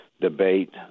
debate